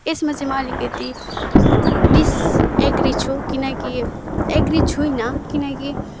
यसमा चाहिँ म अलिकति डिसएग्री छु किनकि एग्री छुइनँ किनकि